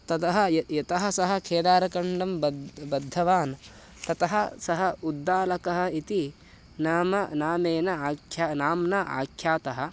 ततः य यतः सः केदारखण्डं बद् बद्धवान् ततः सः उद्दालकः इति नाम नामेन आख्या नाम्ना आख्यातः